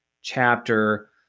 chapter